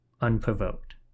unprovoked